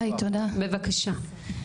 תודה, בבקשה.